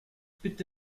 bitte